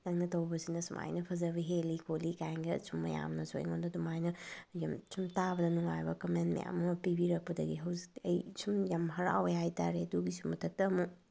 ꯅꯪꯅ ꯇꯧꯕꯁꯤꯅ ꯁꯨꯃꯥꯏꯅ ꯐꯖꯕ ꯍꯦꯜꯂꯤ ꯈꯣꯠꯂꯤ ꯀꯥꯏꯅꯒ ꯁꯨꯝ ꯃꯌꯥꯝꯅꯁꯨ ꯑꯩꯉꯣꯟꯗ ꯑꯗꯨꯃꯥꯏꯅ ꯌꯥꯝ ꯁꯨꯝ ꯇꯥꯕꯗ ꯅꯨꯉꯥꯏꯕ ꯀꯝꯃꯦꯟ ꯃꯌꯥꯝ ꯑꯃ ꯄꯤꯕꯤꯔꯛꯄꯗꯒꯤ ꯍꯧꯖꯤꯛꯇꯤ ꯑꯩ ꯁꯨꯝ ꯌꯥꯝ ꯍꯔꯥꯎꯏ ꯍꯥꯏꯇꯥꯔꯦ ꯑꯗꯨꯒꯤꯁꯨ ꯃꯊꯛꯇ ꯑꯃꯨꯛ